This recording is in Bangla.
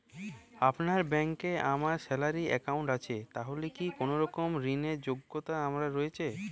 আপনার ব্যাংকে আমার স্যালারি অ্যাকাউন্ট আছে তাহলে কি কোনরকম ঋণ র যোগ্যতা আমার রয়েছে?